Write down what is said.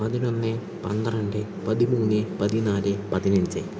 പതിനൊന്ന് പന്ത്രണ്ട് പതിമൂന്ന് പതിനാല് പതിനഞ്ച്